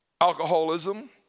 Alcoholism